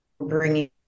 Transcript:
bringing